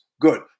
Good